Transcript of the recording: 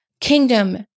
Kingdom